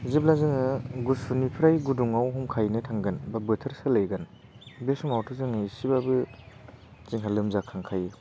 जेब्ला जोङो गुसुनिफ्राय गुदुंआव हुमखायैनो थांगोन बा बोथोर सोलायगोन बे समावथ' जों एसेबाबो जोंहा लोमजाखांखायो